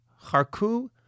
Charku